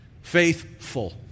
Faithful